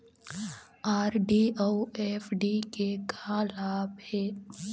RD अऊ FD के का लाभ हे?